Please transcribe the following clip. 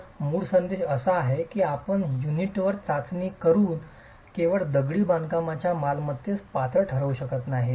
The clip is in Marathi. तर मूळ संदेश असा आहे की आपण युनिटवर चाचणी करून केवळ दगडी बांधकामाच्या मालमत्तेस पात्र ठरवू शकत नाही